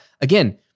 again